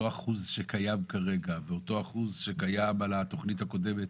אותו אחוז שקיים כרגע ואותו אחוז שקיים על התוכנית הקודמת,